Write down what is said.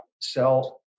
sell